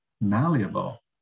malleable